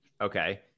Okay